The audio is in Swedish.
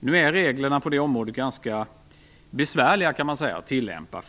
Nu är reglerna på det området ganska besvärliga att tillämpa.